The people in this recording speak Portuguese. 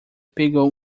pegou